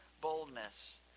boldness